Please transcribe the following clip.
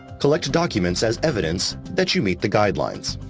collect documents as evidence that you meet the guidelines.